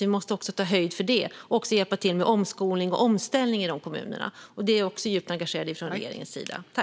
Vi måste ta höjd för det och hjälpa till med omskolning och omställning i de kommunerna. Även det är vi djupt engagerade i från regeringens sida.